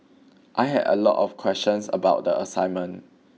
I had a lot of questions about the assignment